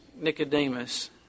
Nicodemus